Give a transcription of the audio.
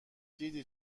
دیدی